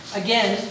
again